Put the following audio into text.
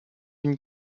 une